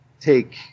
take